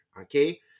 okay